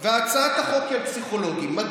זו הצעת חוק על פסיכולוגים, לא?